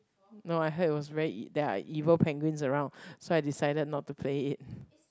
no I heard it was very e~ there are evil penguins around so I decided not to play it